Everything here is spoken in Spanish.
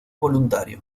voluntario